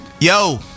Yo